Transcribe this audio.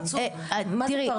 תראי,